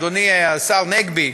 אדוני השר נגבי,